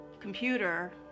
computer